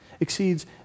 exceeds